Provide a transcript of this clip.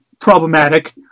problematic